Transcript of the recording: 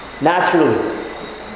Naturally